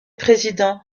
président